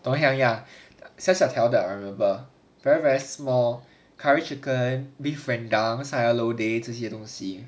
ya ya ya 小小条的 1 remember very very small curry chicken beef rendang sayur lodeh 这些东西